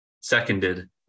Seconded